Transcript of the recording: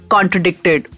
Contradicted